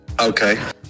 Okay